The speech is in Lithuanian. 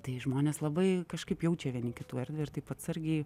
tai žmonės labai kažkaip jaučia vieni kitų erdvę ir taip atsargiai